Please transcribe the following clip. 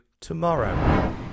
tomorrow